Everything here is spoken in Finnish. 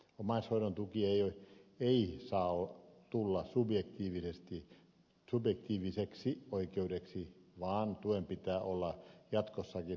omaishoidon tuki ei saa tulla subjektiiviseksi oikeudeksi vaan tuen pitää olla jatkossakin harkinnanvarainen